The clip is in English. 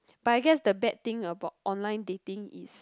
but I guess the bad thing about online dating is